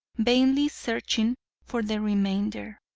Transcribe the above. vainly searching for the remainder.